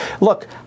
look